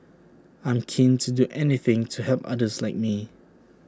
I'm keen to do anything to help others like me